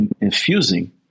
infusing